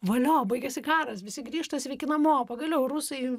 valio baigėsi karas visi grįžta sveiki namo pagaliau rusai